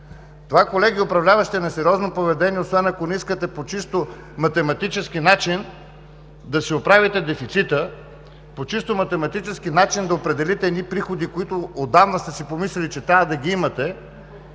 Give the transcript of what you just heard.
Колеги управляващи, това е несериозно поведение, освен ако не искате по чисто математически начин да си оправите дефицита, по чисто математически начин да определите едни приходи, които отдавна сте си помислили, че трябва да ги имате.